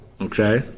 Okay